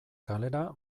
kalera